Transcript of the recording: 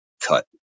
cut